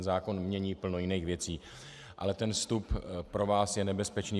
Zákon mění plno jiných věcí, ale ten vstup pro vás je nebezpečný.